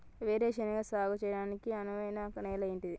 వేరు శనగ సాగు చేయడానికి అనువైన నేల ఏంటిది?